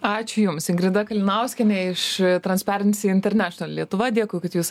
ačiū jums ingrida kalinauskienė iš transperens internešinal lietuva dėkui kad jūs